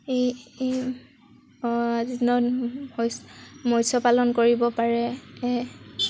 এই এই আজিৰ দিনত মৎস্য পালন কৰিব পাৰে